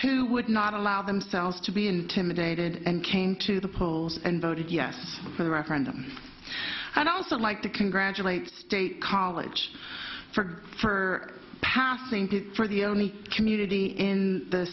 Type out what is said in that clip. who would not allow themselves to be intimidated and came to the polls and voted yes for the referendum i'd also like to congratulate state college for for passing to for the only community in the